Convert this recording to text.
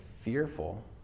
fearful